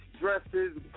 dresses